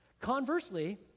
Conversely